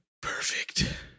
Perfect